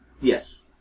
Yes